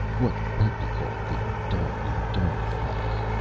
what might be called the dog-eat-dog class.